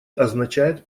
означает